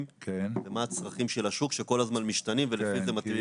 מה הצרכים של השוק שכל הזמן משתנים ולפי זה מתאימים